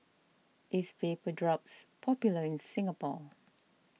is Vapodrops popular in Singapore